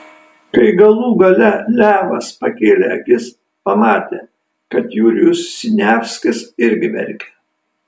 kai galų gale levas pakėlė akis pamatė kad jurijus siniavskis irgi verkia